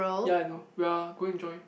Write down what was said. ya I know we are going join